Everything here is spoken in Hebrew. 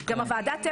טרם הוקמה,